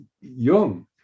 Jung